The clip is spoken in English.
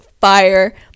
fire